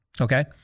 Okay